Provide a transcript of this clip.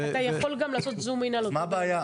אתה יכול גם לעשות זום אין על אותו בן אדם.